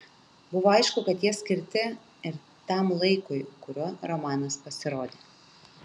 buvo aišku kad jie skirti ir tam laikui kuriuo romanas pasirodė